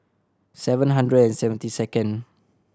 seven hundred and seventy second